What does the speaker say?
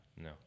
No